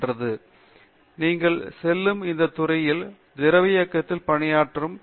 பேராசிரியர் அரிந்தமா சிங் நீங்கள் செல்லும் எந்த துறையிலும் திரவ இயக்கத்தில் பணியாற்றும் சிலர் இருப்பார்கள்